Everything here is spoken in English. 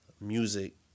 music